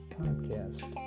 podcast